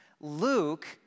Luke